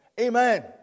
Amen